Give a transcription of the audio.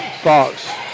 Fox